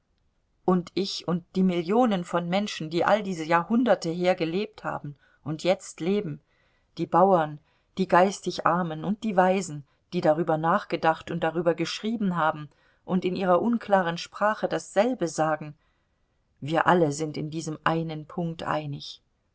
und ich und die millionen von menschen die all diese jahrhunderte her gelebt haben und jetzt leben die bauern die geistig armen und die weisen die darüber nachgedacht und darüber geschrieben haben und in ihrer unklaren sprache dasselbe sagen wir alle sind in diesem einen punkte einig